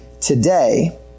today